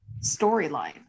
storyline